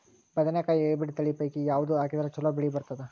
ಬದನೆಕಾಯಿ ಹೈಬ್ರಿಡ್ ತಳಿ ಪೈಕಿ ಯಾವದು ಹಾಕಿದರ ಚಲೋ ಬೆಳಿ ಬರತದ?